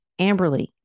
Amberly